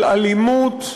של אלימות,